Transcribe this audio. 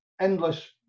endless